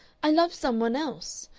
i love some one else.